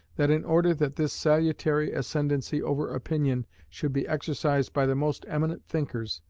that in order that this salutary ascendancy over opinion should be exercised by the most eminent thinkers,